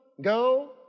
Go